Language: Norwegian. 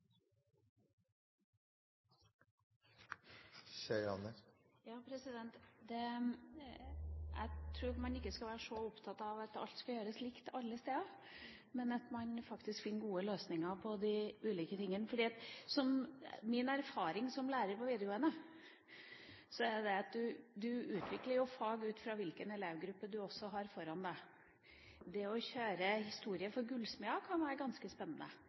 Jeg tror ikke man skal være så opptatt av at alt skal gjøres likt alle steder, men av at man faktisk finner gode løsninger på de ulike tingene. Min erfaring som lærer på videregående er at du utvikler fag ut fra hvilken elevgruppe du har foran deg. Det å kjøre historie for gullsmeder kan være ganske spennende.